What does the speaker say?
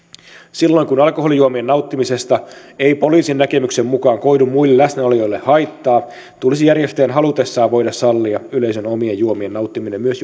silloin kun alkoholijuomien nauttimisesta ei poliisin näkemyksen mukaan koidu muille läsnäolijoille haittaa tulisi järjestäjän halutessaan voida sallia yleisön omien juomien nauttiminen myös